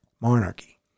monarchy